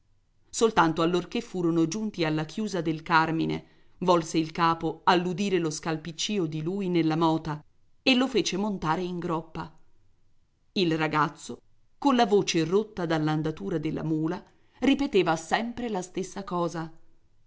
soltanto allorché furono giunti alla chiusa del carmine volse il capo all'udire lo scalpiccìo di lui nella mota e lo fece montare in groppa il ragazzo colla voce rotta dall'andatura della mula ripeteva sempre la stessa cosa